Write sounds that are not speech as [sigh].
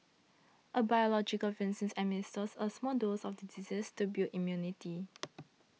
a biological vaccine administers a small dose of the disease to build immunity [noise]